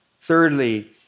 Thirdly